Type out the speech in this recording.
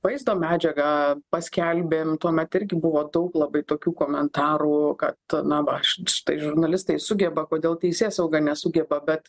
vaizdo medžiagą paskelbėm tuomet irgi buvo daug labai tokių komentarų kad na va štai žurnalistai sugeba kodėl teisėsauga nesugeba bet